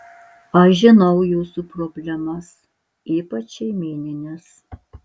aš žinau jūsų problemas ypač šeimynines